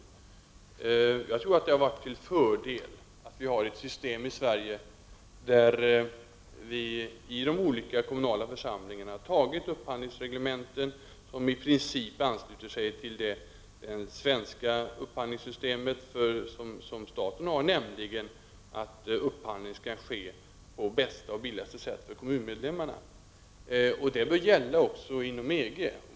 Det har enligt min uppfattning varit till fördel att vi i Sverige har ett system som innebär att man i de olika kommunala församlingarna har antagit upphandlingsreglementen som i princip ansluter sig till det svenska statliga upphandlingssystemet, dvs. att upphandling skall ske på bästa och billigaste sätt för kommunmedlemmarna. Detta bör gälla även inom EG.